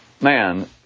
man